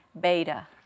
Beta